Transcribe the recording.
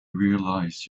realize